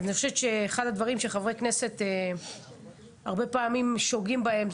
אני חושבת שאחד הדברים שחברי כנסת הרבה פעמים שוגים בהם,